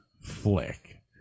flick